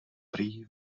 prý